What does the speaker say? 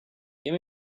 give